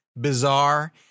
bizarre